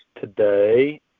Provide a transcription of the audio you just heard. today